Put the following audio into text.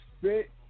fit